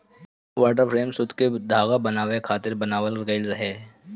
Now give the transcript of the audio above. water frame सूत के धागा बनावे खातिर बनावल गइल रहे